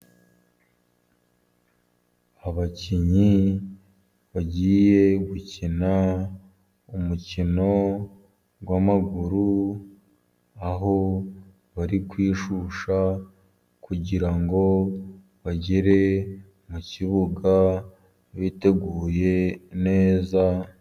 Abakinnyi bagiye gukina umukino w'amaguru, aho bari kwishyushya, kugira ngo bagere mu kibuga biteguye neza.